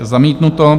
Zamítnuto.